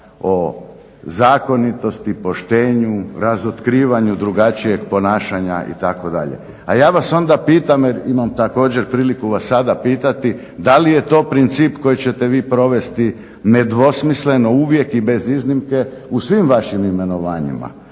o zakonitosti, poštenju, razotkrivanju drugačijeg ponašanja itd. A ja vas onda pitam jer imam također priliku vas sada pitati da li je to princip koji ćete vi provesti nedvosmisleno uvijek i bez iznimke u svim vašim imenovanjima?